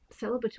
celebratory